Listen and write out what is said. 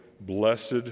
Blessed